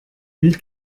mille